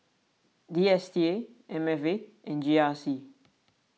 D S T A M F A and G R C